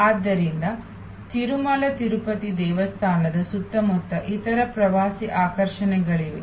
ಆದ್ದರಿಂದ ತಿರುಮಲ ತಿರುಪತಿ ದೇವಸ್ಥಾನದ ಸುತ್ತಮುತ್ತ ಇತರ ಪ್ರವಾಸಿ ಆಕರ್ಷಣೆಗಳಿವೆ